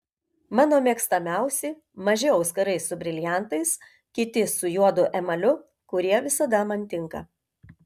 mano mėgstamiausi maži auskarai su briliantais kiti su juodu emaliu kurie visada man tinka